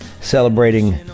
celebrating